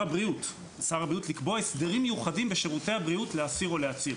הבריאות לקבוע הסדרים מיוחדים בשירותי הבריאות לאסיר או לעציר,